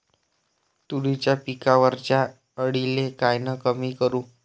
तुरीच्या पिकावरच्या अळीले कायनं कमी करू?